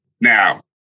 Now